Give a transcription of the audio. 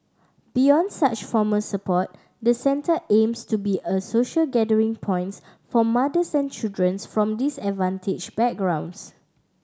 beyond such formal support the centre aims to be a social gathering points for mother centry childrens from disadvantaged backgrounds